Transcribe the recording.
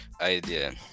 idea